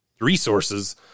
resources